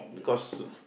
because